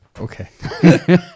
Okay